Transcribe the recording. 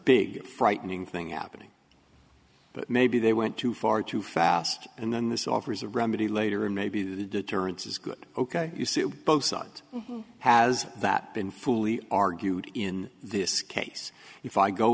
big frightening thing out of me but maybe they went too far too fast and then this offers a remedy later and maybe the deterrence is good ok you see both sides has that been fully argued in this case if i go